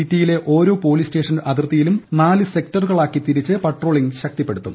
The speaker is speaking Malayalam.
സിറ്റിയിലെ ഓരോ പോലീസ് സ്റ്റേഷൻ അതിർത്തിയും നാല് സെക്ടറുകളാക്കി തിരിച്ച് പട്രോളിംഗ് ശക്തിപ്പെടുത്തും